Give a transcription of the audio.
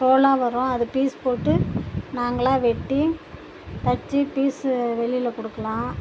ஹோலா வரும் அது பீஸ் போட்டு நாங்களா வெட்டி தச்சு பீஸ்ஸு வெளியில கொடுக்கலாம்